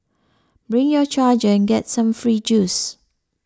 bring your charger and get some free juice